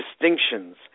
distinctions